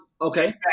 okay